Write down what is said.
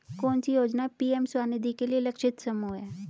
कौन सी योजना पी.एम स्वानिधि के लिए लक्षित समूह है?